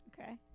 Okay